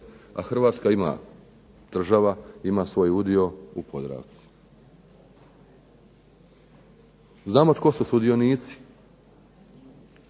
a Hrvatska ima država, ima svoj udio u Podravci. Znamo tko su sudionici,